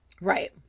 Right